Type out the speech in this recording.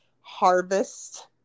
harvest